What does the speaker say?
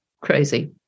crazy